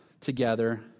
together